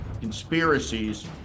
conspiracies